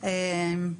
אוקי.